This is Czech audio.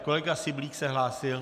Kolega Syblík se hlásil?